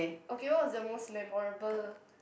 okay what is the most memorable